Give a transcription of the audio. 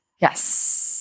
Yes